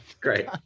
Great